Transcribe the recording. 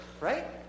Right